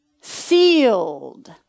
Sealed